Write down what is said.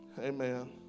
Amen